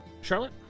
Charlotte